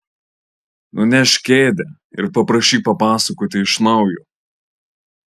nunešk kėdę ir paprašyk papasakoti iš naujo